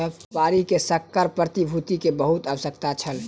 व्यापारी के संकर प्रतिभूति के बहुत आवश्यकता छल